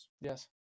Yes